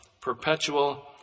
Perpetual